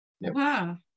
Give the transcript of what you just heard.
Wow